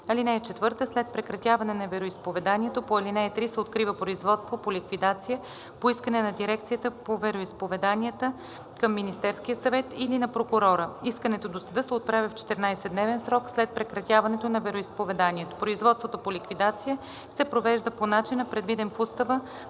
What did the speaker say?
(4) След прекратяване на вероизповеданието по ал. 3 се открива производство по ликвидация по искане на Дирекцията по вероизповеданията към Министерския съвет или на прокурора. Искането до съда се отправя в 14-дневен срок след прекратяването на вероизповеданието. Производството по ликвидация се провежда по начина, предвиден в устава